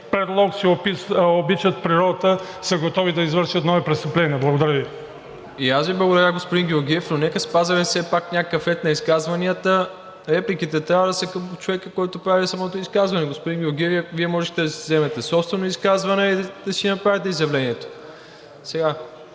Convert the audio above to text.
предлог, че обичат природата, са готови да извършат нови престъпления. Благодаря Ви. ПРЕДСЕДАТЕЛ МИРОСЛАВ ИВАНОВ: И аз Ви благодаря, господин Георгиев, но нека спазваме все пак някакъв ред на изказванията. Репликите трябва да са към човека, който прави самото изказване. Господин Георгиев, Вие можехте да си вземете собствено изказване и да си направите изявлението.